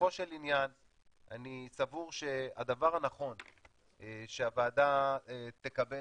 לגופו של עניין אני סבור שהדבר הנכון שהוועדה תקבל